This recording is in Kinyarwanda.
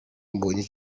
mbonyi